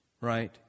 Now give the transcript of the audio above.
right